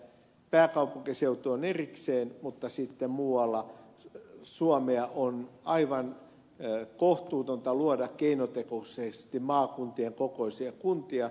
pääkaupunkiseutu on erikseen mutta sitten muualla suomessa on aivan kohtuutonta luoda keinotekoisesti maakuntien kokoisia kuntia